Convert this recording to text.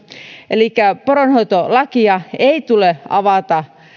elikkä poronhoitolakia ei tule avata